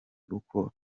uko